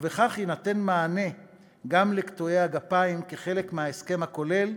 ובכך יינתן מענה גם לקטועי הגפיים כחלק מההסכם הכולל,